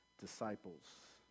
disciples